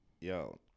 yo